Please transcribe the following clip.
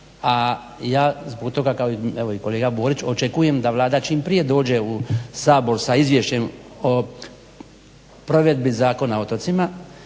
A ja zbog toga kao evo i kolega Borić očekujem da Vlada čim prije dođe u Sabor sa izvješćem o provedbi Zakona o otocima